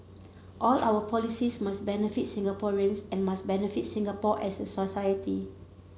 all our policies must benefit Singaporeans and must benefit Singapore as a society